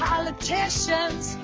politicians